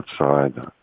outside